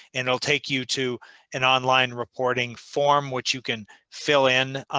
and will take you to an online reporting form which you can fill in.